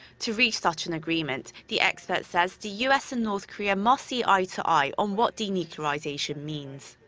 to reach such an agreement, the expert says the u s. and north korea must see eye-to-eye on what denuclearization means.